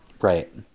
right